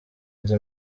izi